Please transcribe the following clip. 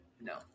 no